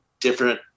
different